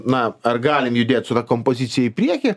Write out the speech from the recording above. na ar galim judėt su ta kompozicija į priekį